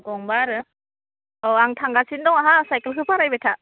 गंबा आरो औ आं थांगासिनो दङ हो साइखेलखो फोराबाय था